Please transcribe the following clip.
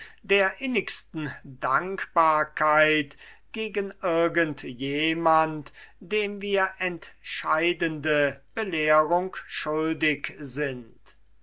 der innigsten dankbarkeit gegen irgend jemand dem wir entscheidende belehrung schuldig sind